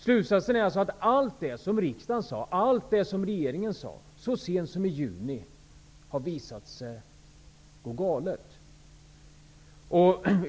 Slutsatsen är att allt det som riksdagen och regeringen uttalade så sent som i juni har visat sig vara felaktigt. Det har gått galet.